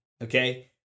Okay